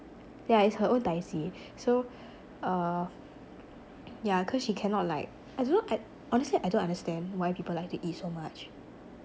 yeah it's her own tai ji so uh yeah cause she cannot like I don't know I honestly I don't understand why people like to eat so much